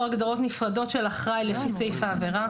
הגדרות נפרדות של אחראי לפי סעיף העבירה.